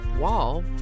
wall